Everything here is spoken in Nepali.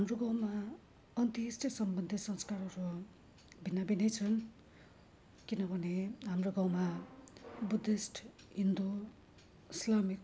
हाम्रो गाउँमा अन्त्येष्टि सम्बन्ध संस्कारहरू भिन्न भिन्नै छन् किनभने हाम्रो गाउँमा बुद्धिस्ट हिन्दू इस्लामिक